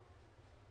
שלכם.